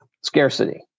scarcity